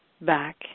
back